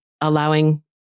allowing